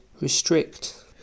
restrict